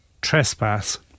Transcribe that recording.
trespass